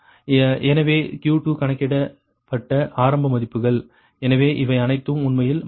எனவே Q2 கணக்கிடப்பட்ட ஆரம்ப மதிப்புகள் எனவே இவை அனைத்தும் உண்மையில் 1